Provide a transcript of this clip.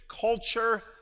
culture